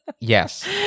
yes